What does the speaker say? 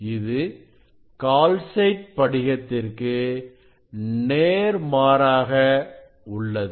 இது கால்சைட் படிகத்திற்கு நேர்மாறாக உள்ளது